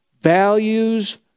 values